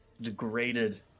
degraded